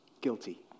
Guilty